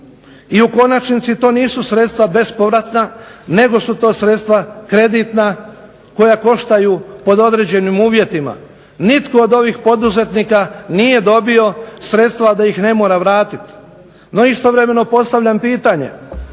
I u konačnici to nisu sredstva bespovratna, nego su to sredstva kreditna koja koštaju pod određenim uvjetima. Nitko od ovih poduzetnika nije dobio sredstva a da ih ne mora vratiti. No, istovremeno postavljam pitanje